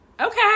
Okay